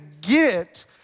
get